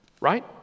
Right